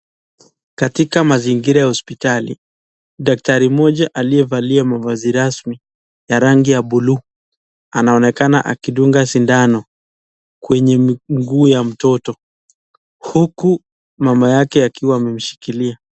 Katika mazingira ya hosipitali, daktari mmoja aliyevalia mavazi rasmi ya rangi ya bluu anaonekana akidunga sindano kwenye miguu ya mtoto, huku mama yake akiwa amemshikilia.